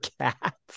cats